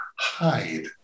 hide